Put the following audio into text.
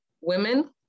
women